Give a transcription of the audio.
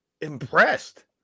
impressed